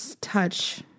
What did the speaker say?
touch